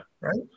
right